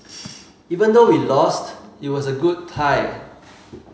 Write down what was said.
even though we lost it was a good tie